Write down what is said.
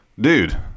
dude